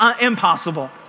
impossible